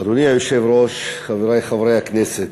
אדוני היושב-ראש, חברי חברי הכנסת,